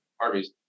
Harvey's